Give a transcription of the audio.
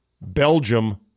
Belgium